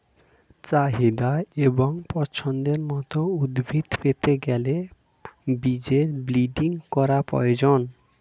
চাহিদা এবং পছন্দের মত উদ্ভিদ পেতে গেলে বীজের ব্রিডিং করার প্রয়োজন